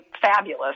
fabulous